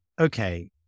okay